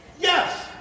Yes